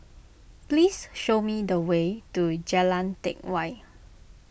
please show me the way to Jalan Teck Whye